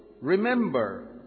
remember